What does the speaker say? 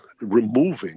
removing